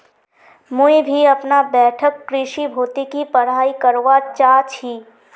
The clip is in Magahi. मुई भी अपना बैठक कृषि भौतिकी पढ़ाई करवा चा छी